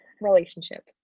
relationship